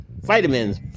vitamins